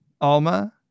Alma